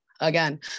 Again